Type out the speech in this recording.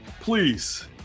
please